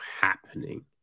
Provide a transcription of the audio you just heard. happening